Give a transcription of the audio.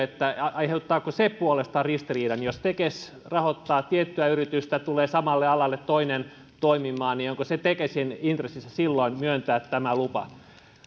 aiheuttaako se puolestaan ristiriidan jos tekes rahoittaa tiettyä yritystä ja tulee samalle alalle toinen toimimaan onko tekesin intressissä silloin myöntää tämä lupa